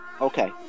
Okay